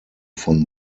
von